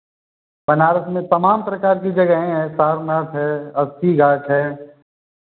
बनारस में तमाम प्रकार कि जगाह हैं सारनाथ है अस्सी घाट है